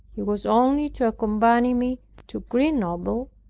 he was only to accompany me to grenoble,